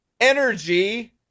energy